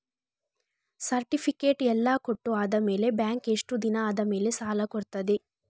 Certificate ಎಲ್ಲಾ ಕೊಟ್ಟು ಆದಮೇಲೆ ಬ್ಯಾಂಕ್ ಎಷ್ಟು ದಿನ ಆದಮೇಲೆ ಸಾಲ ಕೊಡ್ತದೆ?